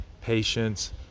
patience